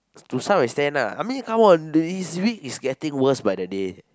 to some extent lah I mean come on the his week is getting worse by the day